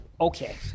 Okay